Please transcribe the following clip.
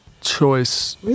choice